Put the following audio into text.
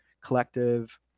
collective